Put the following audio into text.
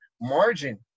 margin